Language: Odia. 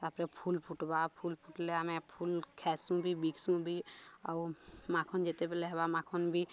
ତାପରେ ଫୁଲ ଫୁଟ୍ବା ଫୁଲ ଫୁଟିଲେ ଆମେ ଫୁଲ ଖାଇସୁଁ ବି ବିକ୍ସୁଁ ବି ଆଉ ମାଖନ୍ ଯେତେବେଲେ ହେବା ମାଖନ୍ ବି